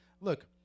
Look